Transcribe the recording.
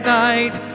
night